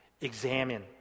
examine